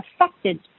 affected